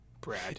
Brad